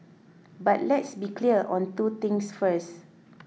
but let's be clear on two things first